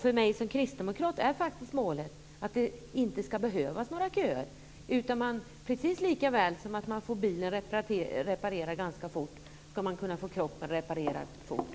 För mig som kristdemokrat är målet att det inte ska behövas några köer. Precis som man får bilen reparerad ganska fort ska man kunna få kroppen reparerad fort.